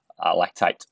lactate